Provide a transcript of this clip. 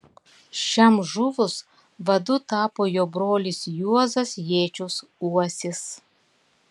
šiam žuvus vadu tapo jo brolis juozas jėčius uosis